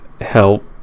help